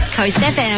CoastFM